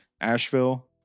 Asheville